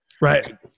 Right